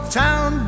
town